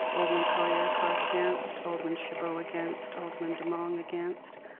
alderman colley-urquhart against, alderman chabot against, alderman demong against,